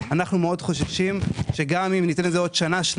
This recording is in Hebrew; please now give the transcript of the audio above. אנחנו מאוד חוששים שגם אם ניתן לזה עוד שנה-שנתיים,